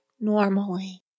normally